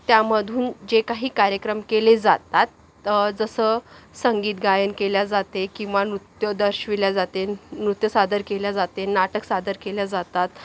त्यामधून जे काही कार्यक्रम केले जातात जसं संगीत गायन केल्या जाते किंवा नृत्य दर्शविल्या जाते नृत्य सादर केल्या जाते नाटक सादर केल्या जातात